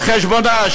על חשבונה,